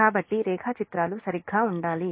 కాబట్టి రేఖాచిత్రాలు సరిగ్గా ఉండాలి